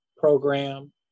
program